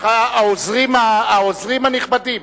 העוזרים הנכבדים.